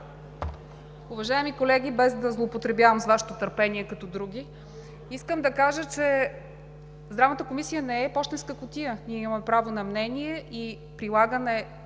Уважаеми колеги, без да злоупотребявам с Вашето търпение, като други, искам да кажа, че Здравната комисия не е пощенска кутия – ние имаме право на мнение и прилагане